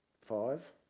five